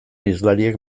hizlariek